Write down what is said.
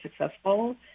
successful